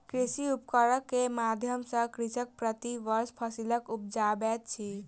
कृषि उपकरण के माध्यम सॅ कृषक प्रति वर्ष फसिल उपजाबैत अछि